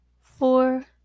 Four